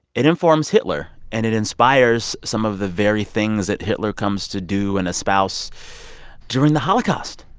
it informs hitler, and it inspires some of the very things that hitler comes to do and espouse during the holocaust.